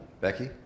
Becky